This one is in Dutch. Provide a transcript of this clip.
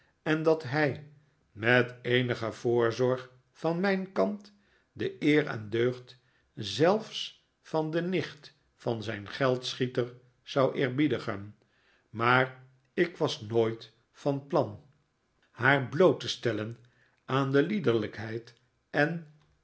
en dat hij met eenige voorzorg van mijn kant de eer en deugd zelfs van de nicht van zijn geldschieter zou eerbiedigen maar ik was nooit van plan haar bloot te stellen aan de liederlijkheid en